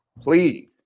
please